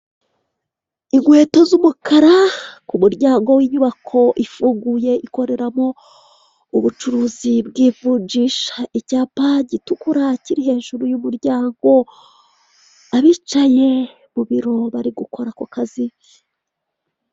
Inkweto z'umukara, ku muryango w'inyubako ifunguye ikoreramo ubucuruzi bw' ivunjisha. Icyapa gitukura kiri hejuru y'umuryango. Abicaye mu biro, bari gukoreramo ako kazi.